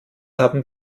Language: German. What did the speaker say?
haben